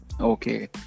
Okay